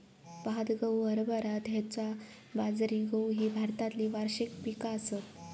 भात, गहू, हरभरा, धैंचा, बाजरी, मूग ही भारतातली वार्षिक पिका आसत